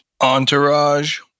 Entourage